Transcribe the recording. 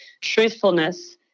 truthfulness